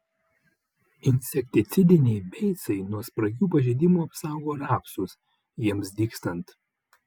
insekticidiniai beicai nuo spragių pažeidimų apsaugo rapsus jiems dygstant